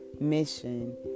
mission